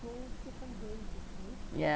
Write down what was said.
yeah